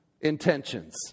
intentions